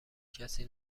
کسی